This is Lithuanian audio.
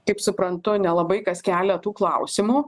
kaip suprantu nelabai kas kelia tų klausimų